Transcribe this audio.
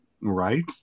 right